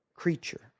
Creature